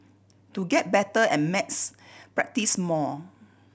to get better at maths practise more